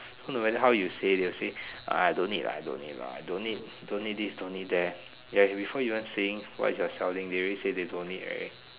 so no matter how you say they'll say I don't need ah I don't need ah I don't need don't need this don't need that ya before you want to saying what you're selling they already say they don't need already